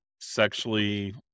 sexually